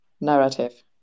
narrative